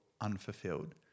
unfulfilled